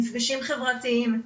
מפגשים חווייתיים,